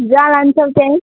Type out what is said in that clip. जहाँ लान्छौ त्यहीँ